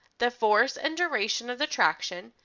the force and duration of the traction,